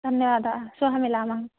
धन्यवादाः श्वः मिलामः